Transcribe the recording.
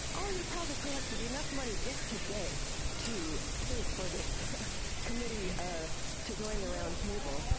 already probably collected enough money just today to pay for this committee ah to join the roundtable.